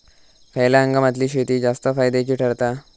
खयल्या हंगामातली शेती जास्त फायद्याची ठरता?